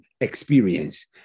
experience